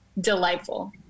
delightful